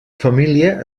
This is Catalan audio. família